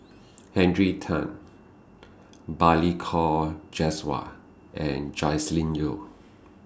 Henry Tan Balli Kaur Jaswal and Joscelin Yeo